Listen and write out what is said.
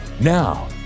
Now